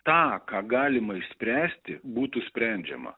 tą ką galima išspręsti būtų sprendžiama